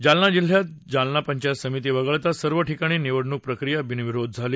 जालना जिल्ह्यात जालना पंचायत समिती वगळता सर्व ठिकाणी निवडणूक प्रक्रिया बिनविरोध झाली